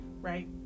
right